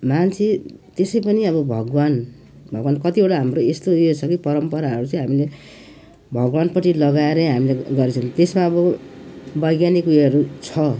मान्छे त्यसै पनि अब भगवान भगवान कतिवटा हाम्रो यस्तो यो छ कि परम्पराहरू चाहिँ हामीले भगवानपट्टि लगाएरै हामीले गरेको छौँ त्यसमा अब वैज्ञानिक उयोहरू छ